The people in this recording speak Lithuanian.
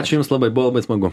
ačiū jums labai buvo labai smagu